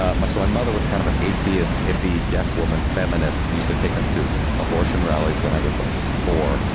ah my so my mother was kind of an atheist, hippie, deaf woman, feminists used to take us to abortion rallies when i was like four.